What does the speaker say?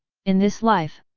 in this life,